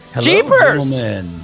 Jeepers